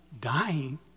dying